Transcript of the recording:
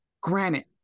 granite